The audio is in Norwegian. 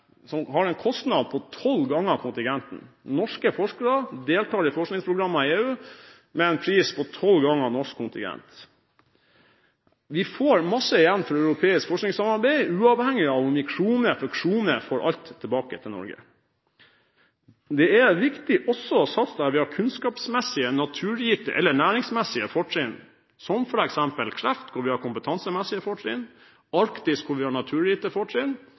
som har en kostnad på tolv ganger kontingenten. Norske forskere deltar i forskningsprogrammer i EU med en pris på tolv ganger norsk kontingent. Vi får mye igjen for europeisk forskningssamarbeid uavhengig om vi krone for krone får alt tilbake til Norge. Det er også viktig å satse der vi har kunnskapsmessige, naturgitte eller næringsmessige fortrinn, som f.eks. på kreft-området, der vi har kompetansemessige fortrinn, når det gjelder arktisk, der vi har naturgitte fortrinn,